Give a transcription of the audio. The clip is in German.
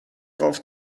auf